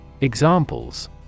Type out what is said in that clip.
Examples